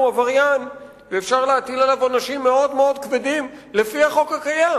הוא עבריין ואפשר להטיל עליו עונשים מאוד מאוד כבדים לפי החוק הקיים.